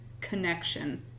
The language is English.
connection